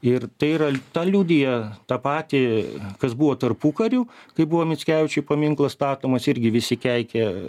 ir tai yra tą liudija tą patį kas buvo tarpukariu kai buvo mickevičiui paminklas statomas irgi visi keikė